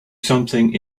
something